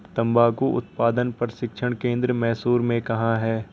तंबाकू उत्पादन प्रशिक्षण केंद्र मैसूर में कहाँ है?